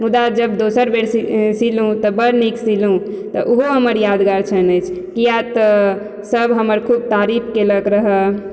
मुदा जब दोसर बेर सिलु तऽ बढ़ नीक सिलु तऽ उहो हमर यादगार छन अछि किए तऽ सब हमर खूब तारीफ केलक रहऽ